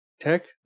Tech